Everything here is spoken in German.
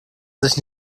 sich